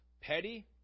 petty